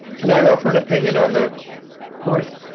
can i offer an opinion on that course?